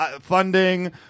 funding